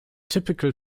typical